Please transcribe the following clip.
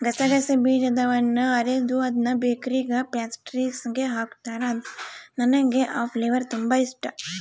ಗಸಗಸೆ ಬೀಜದವನ್ನ ಅರೆದು ಅದ್ನ ಬೇಕರಿಗ ಪ್ಯಾಸ್ಟ್ರಿಸ್ಗೆ ಹಾಕುತ್ತಾರ, ನನಗೆ ಆ ಫ್ಲೇವರ್ ತುಂಬಾ ಇಷ್ಟಾ